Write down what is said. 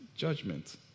judgment